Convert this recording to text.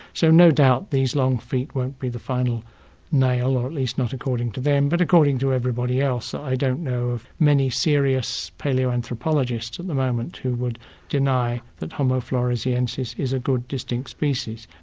so no doubt these long feet won't be the final nail, or at least not according to them but according to everybody else. i don't know of many serious paleoanthropologists at the moment who would deny that homo floresiensis is a good distinct species.